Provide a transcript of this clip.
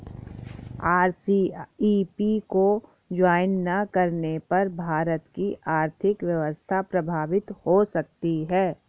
RCEP को join ना करने पर भारत की आर्थिक व्यवस्था प्रभावित हो सकती है